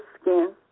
skin